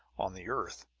on the earth,